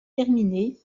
terminé